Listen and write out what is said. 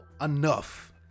enough